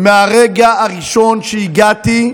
מהרגע הראשון שהגעתי,